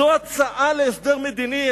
זאת הצעה להסדר מדיני?